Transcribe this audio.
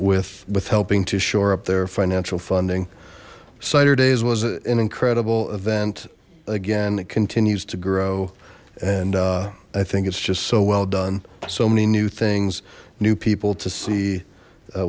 with with helping to shore up their financial funding saturday's was an incredible event again it continues to grow and i think it's just so well done so many new things new people to see